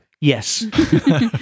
yes